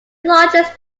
largest